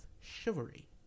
chivalry